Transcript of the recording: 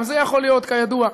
גם זה יכול להיות כידוע,